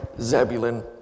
Zebulun